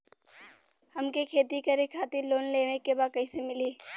हमके खेती करे खातिर लोन लेवे के बा कइसे मिली?